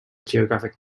geographic